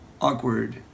awkward